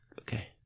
Okay